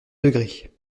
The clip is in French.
degrés